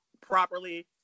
properly